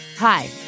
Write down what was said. Hi